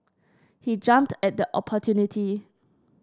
he jumped at the opportunity